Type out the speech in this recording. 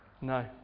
No